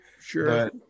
Sure